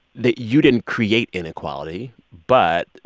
that you didn't create inequality but.